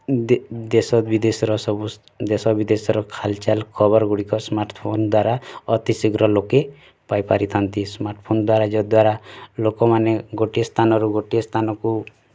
ଦେଶବିଦେଶର ସବୁ ଦେଶବିଦେଶର ହାଲଚାଲ୍ ଖବରଗୁଡ଼ିକ ସ୍ମାର୍ଟଫୋନ ଦ୍ଵାରା ଅତି ଶୀଘ୍ର ଲୋକେ ପାଇପାରିଥାନ୍ତି ସ୍ମାର୍ଟଫୋନ ଦ୍ୱାରା ଯାହାଦ୍ଵାରା ଲୋକମାନେ ଗୋଟିଏ ସ୍ଥାନରୁ ଗୋଟିଏ ସ୍ଥାନକୁ